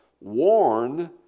warn